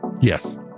Yes